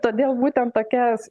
todėl būtent tokias